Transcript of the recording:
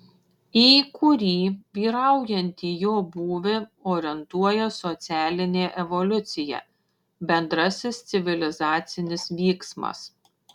į kurį vyraujantį jo būvį orientuoja socialinė evoliucija bendrasis civilizacinis vyksmas